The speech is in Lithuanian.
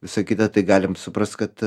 visa kita tai galim suprast kad